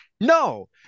No